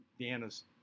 Deanna's